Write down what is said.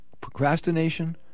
Procrastination